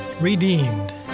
Redeemed